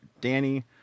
Danny